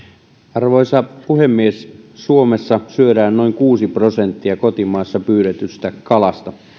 arvoisa puhemies suomessa syödään noin kuusi prosenttia kotimaassa pyydetystä kalasta